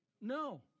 No